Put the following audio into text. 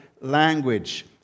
language